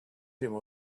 him